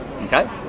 Okay